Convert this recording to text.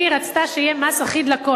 היא רצתה שיהיה מס אחיד לכול.